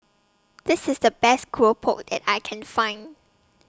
This IS The Best Keropok that I Can Find